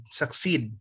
succeed